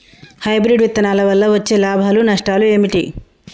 Hybrid విత్తనాల వల్ల వచ్చే లాభాలు నష్టాలు ఏమిటి?